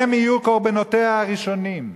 הם יהיו קורבנותיה הראשונים.